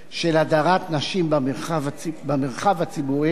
של הדרת נשים במרחב הציבורי,